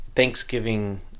thanksgiving